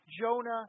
Jonah